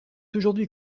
aujourd’hui